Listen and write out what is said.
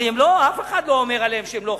הרי אף אחד לא אומר עליהם שהם לא חכמים.